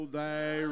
thy